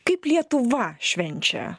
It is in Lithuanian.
kaip lietuva švenčia